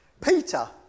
Peter